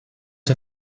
her